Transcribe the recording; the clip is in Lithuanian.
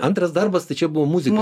antras darbas tai čia buvo muzika